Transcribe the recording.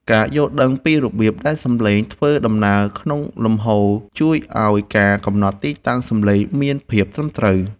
ការយល់ដឹងពីរបៀបដែលសំឡេងធ្វើដំណើរក្នុងលំហជួយឱ្យការកំណត់ទីតាំងសំឡេងមានភាពត្រឹមត្រូវ។